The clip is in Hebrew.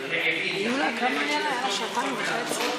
הערה: חברי כנסת רעבים,